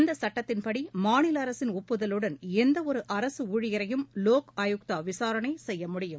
இந்த சட்டத்தின்படி மாநில அரசின் ஒப்புதலுடன் எந்தவொரு அரசு ஊழியரையும் லோக் ஆயுக்தா விசாரணை செய்ய முடியும்